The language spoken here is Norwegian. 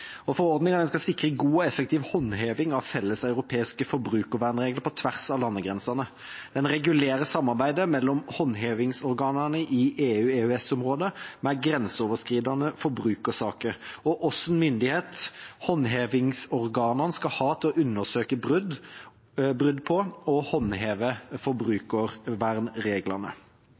av landegrensene. Den regulerer samarbeidet mellom håndhevingsorganene i EU/EØS-området med grenseoverskridende forbrukersaker og hvilken myndighet håndhevingsorganene skal ha til å undersøke brudd på og håndheve forbrukervernreglene.